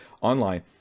online